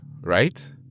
Right